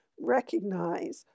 recognize